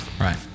right